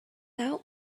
out